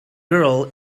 girl